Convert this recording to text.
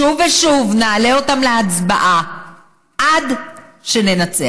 שוב ושוב נעלה אותם להצבעה עד שננצח.